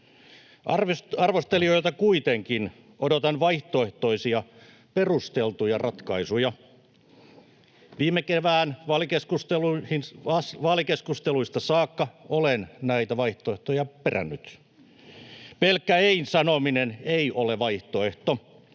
Arvostelijoilta kuitenkin odotan vaihtoehtoisia, perusteltuja ratkaisuja. Viime kevään vaalikeskusteluista saakka olen näitä vaihtoehtoja perännyt. Pelkkä ein sanominen ei ole vaihtoehto.